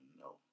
No